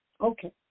Okay